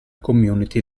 community